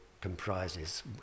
comprises